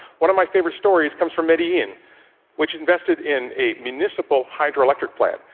one of my favorite stories comes from medellin, which invested in a municipal hydroelectric plant,